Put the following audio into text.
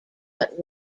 but